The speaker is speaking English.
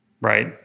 right